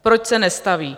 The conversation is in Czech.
Proč se nestaví?